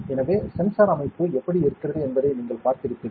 எனவே சென்சார் அமைப்பு எப்படி இருக்கிறது என்பதை நீங்கள் பார்த்திருப்பீர்கள்